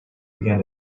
began